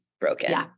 broken